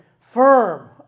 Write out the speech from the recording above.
firm